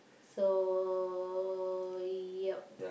so yup